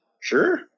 sure